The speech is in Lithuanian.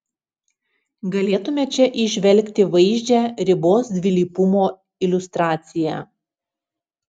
galėtume čia įžvelgti vaizdžią ribos dvilypumo iliustraciją